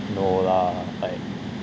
no lah like